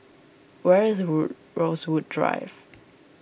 where is Rosewood Drive